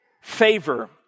favor